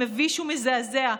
מביש ומזעזע,